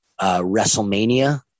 WrestleMania